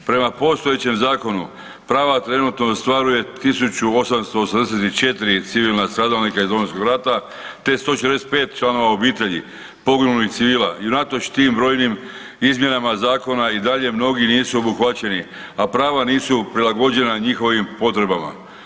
Prema postojećem zakonu, prava trenutno ostvaruje 1884 civilna stradalnika iz Domovinskog rata te 145 članova obitelji poginulih civila i unatoč tim brojnim izmjenama zakona i dalje mnogi nisu obuhvaćeni, a prava nisu prilagođena njihovim potrebama.